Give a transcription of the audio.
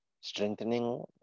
Strengthening